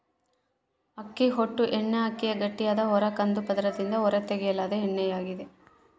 ಅಕ್ಕಿ ಹೊಟ್ಟು ಎಣ್ಣೆಅಕ್ಕಿಯ ಗಟ್ಟಿಯಾದ ಹೊರ ಕಂದು ಪದರದಿಂದ ಹೊರತೆಗೆಯಲಾದ ಎಣ್ಣೆಯಾಗಿದೆ